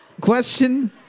Question